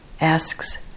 asks